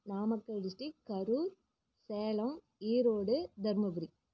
Namakkal district Karur Salem Erode Dharmapuri